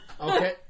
Okay